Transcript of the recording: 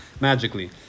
magically